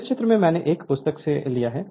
यह चित्र मैंने एक पुस्तक से लिया है